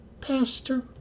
pastor